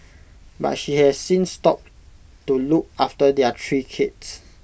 but she has since stopped to look after their three kids